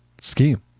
scheme